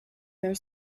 their